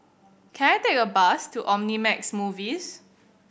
can I take a bus to Omnimax Movies